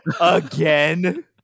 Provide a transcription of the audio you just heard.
Again